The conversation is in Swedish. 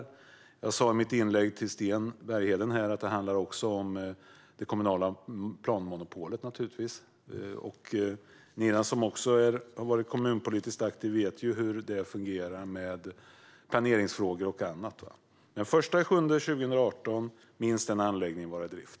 Jag sa i mitt inlägg till Sten Bergheden att det också handlar om det kommunala planmonopolet. Nina, som också har varit kommunpolitiskt aktiv, vet ju hur det fungerar med planeringsfrågor och annat. Men den 1 juli 2018 ska minst en anläggning vara i drift.